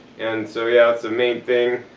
and so, yeah, that's a main thing.